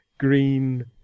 green